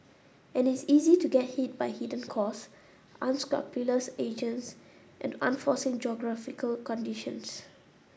and it's easy to get hit by hidden costs unscrupulous agents and unforeseen geographical conditions